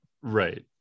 Right